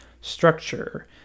structure